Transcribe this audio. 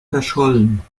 verschollen